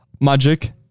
Magic